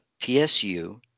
PSU